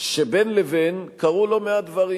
שבין לבין קרו לא מעט דברים.